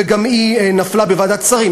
וגם היא נפלה בוועדת שרים.